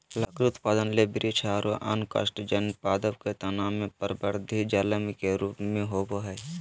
लकड़ी उत्पादन ले वृक्ष आरो अन्य काष्टजन्य पादप के तना मे परवर्धी जायलम के रुप मे होवअ हई